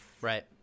right